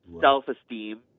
self-esteem